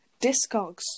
discogs